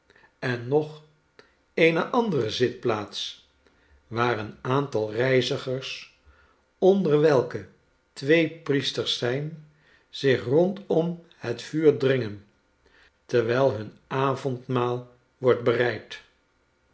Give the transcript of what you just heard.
en nog eene andere zitplaats waar een aantal reizigers onder welke twee priesters zijn zich rondom het vuur dringen terwijl hun avondmaal wordt bereid